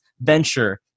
venture